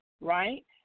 right